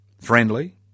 friendly